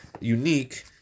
unique